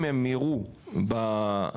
אם הם יראו בכם,